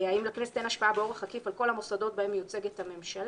האם לכנסת אין השפעה באורח עקיף על כול המוסדות בהן מיוצגת הממשלה?